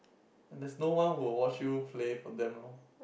there's no one who will watch you play for that long